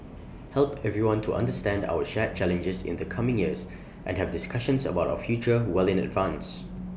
help everyone to understand our shared challenges in the coming years and have discussions about our future well in advance